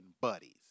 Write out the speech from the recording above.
buddies